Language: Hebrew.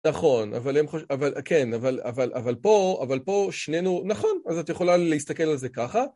נכון, אבל הם חוש, אבל כן, אבל פה, אבל פה שנינו, נכון, אז את יכולה להסתכל על זה ככה.